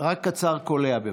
רק קצר וקולע.